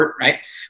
right